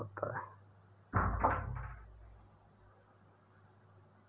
sprayer में एक nozzle लगा होता है जिससे धूल का छिड़काव होता है